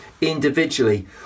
individually